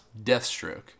Deathstroke